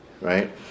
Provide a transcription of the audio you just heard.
right